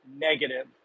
negative